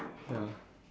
ya